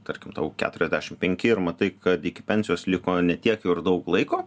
tarkim tau keturiasdešimt penki ir matai kad iki pensijos liko ne tiek daug laiko